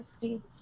See